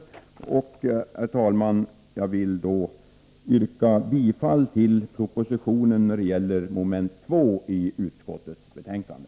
125 Herr talman! Jag yrkar bifall till propositionen när det gäller mom. 2 i utskottets betänkande.